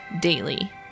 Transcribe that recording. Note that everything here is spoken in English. daily